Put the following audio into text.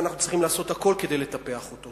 ואנחנו צריכים לעשות הכול כדי לטפח אותו.